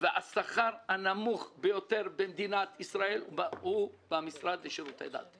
השכר הנמוך ביותר במדינת ישראל הוא במשרד לשירותי דת,